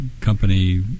company